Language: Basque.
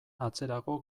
atzerago